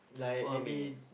for me